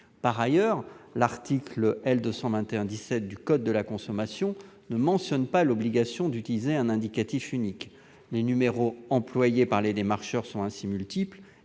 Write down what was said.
Par ailleurs, l'article L. 221-17 du code de la consommation ne mentionne pas l'obligation d'utiliser un indicatif unique. Les numéros employés par les démarcheurs sont ainsi multiples